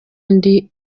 ndi